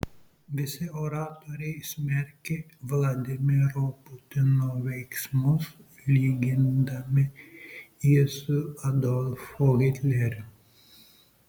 visi oratoriai smerkė vladimiro putino veiksmus lygindami jį su adolfu hitleriu